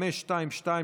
מס' 522,